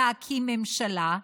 להקים ממשלה,